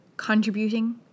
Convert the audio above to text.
Contributing